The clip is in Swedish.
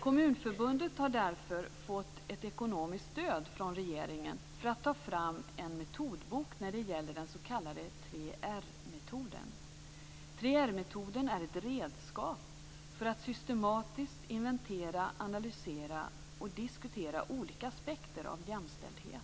Kommunförbundet har därför fått ett ekonomiskt stöd från regeringen för att ta fram en metodbok när det gäller den s.k. 3 R-metoden. Den är ett redskap för att systematiskt inventera, analysera och diskutera olika aspekter av jämställdhet.